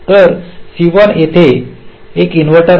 तर C1 मध्ये येथे एक इन्व्हर्टर आहे